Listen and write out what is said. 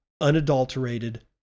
unadulterated